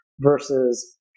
versus